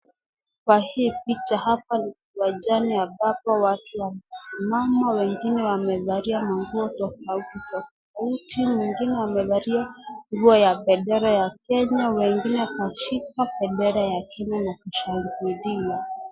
Kwa hii picha hapa ni uwanjani ambapo watu wamesimama wengine wamevalia manguo tofauti tofauti, wengine wamevalia nguo ya bendera ya Kenya wengine wameshika bendera ya Kenya na kushangilia.